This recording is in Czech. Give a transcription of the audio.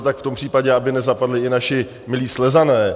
Tak v tom případě aby nezapadli i naši milí Slezané.